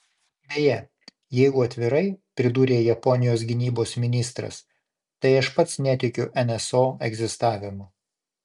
beje jeigu atvirai pridūrė japonijos gynybos ministras tai aš pats netikiu nso egzistavimu